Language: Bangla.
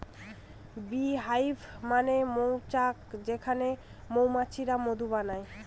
বী হাইভ মানে মৌচাক যেখানে মৌমাছিরা মধু বানায়